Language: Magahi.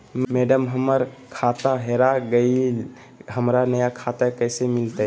मैडम, हमर खाता हेरा गेलई, हमरा नया खाता कैसे मिलते